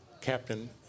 captain